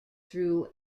through